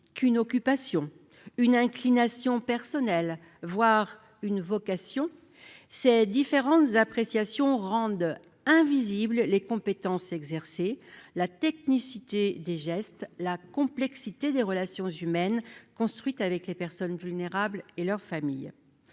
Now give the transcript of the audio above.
qu'une occupation, une inclination personnelle, voire une vocation. Ces différentes appréciations rendent invisibles les compétences exercées, la technicité des gestes, la complexité des relations humaines construites avec les personnes vulnérables et leurs familles.